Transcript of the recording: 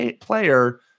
player